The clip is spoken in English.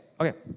Okay